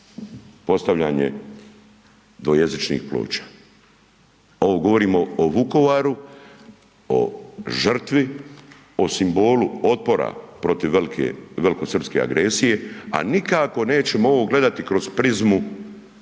postavljanje dvojezičnih ploča. Ovo govorimo o Vukovaru, o žrtvi, o simbolu otpora protiv velikosrpske agresije, a nikako nećemo ovo gledati kroz prizmu